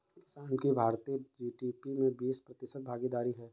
किसान की भारतीय जी.डी.पी में बीस प्रतिशत भागीदारी है